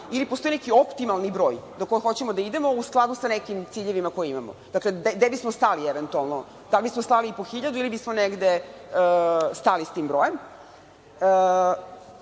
ili postoji neki optimalni broj do kojeg hoćemo da idemo u skladu sa nekim ciljevima koje imamo? Dakle, gde bismo stali eventualno, da li bismo stali po hiljadu, ili bismo negde stali sa tim brojem? Ja